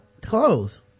clothes